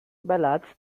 ballads